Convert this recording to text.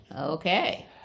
Okay